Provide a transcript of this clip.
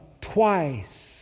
twice